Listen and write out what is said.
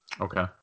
Okay